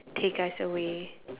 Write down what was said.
take us away